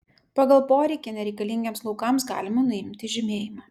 pagal poreikį nereikalingiems laukams galima nuimti žymėjimą